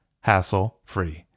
hassle-free